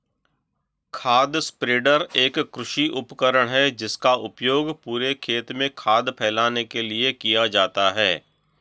खाद स्प्रेडर एक कृषि उपकरण है जिसका उपयोग पूरे खेत में खाद फैलाने के लिए किया जाता है